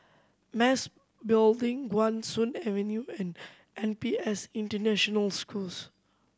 Mas Building Guan Soon Avenue and N P S International School